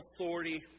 authority